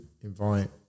invite